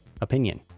opinion